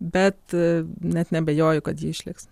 bet net neabejoju kad ji išliks